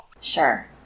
Sure